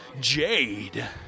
Jade